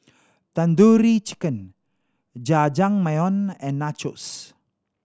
Tandoori Chicken Jajangmyeon and Nachos